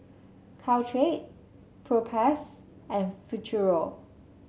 Caltrate Propass and Futuro